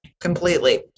completely